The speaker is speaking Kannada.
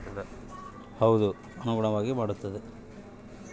ರಿಸೆರ್ವೆ ಬ್ಯಾಂಕಿನ ಅಡಿಯಲ್ಲಿ ಅದರ ನಿಯಮಗಳನ್ನು ಪಾಲಿಸುತ್ತ ಸಹಕಾರಿ ಬ್ಯಾಂಕ್ ಕೆಲಸ ಮಾಡುತ್ತದೆ